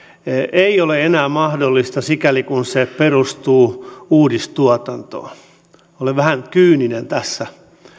ei ole enää mahdollista sikäli kun se perustuu uudistuotantoon olen vähän kyyninen tässä